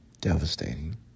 devastating